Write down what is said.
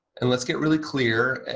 and let's get really clear,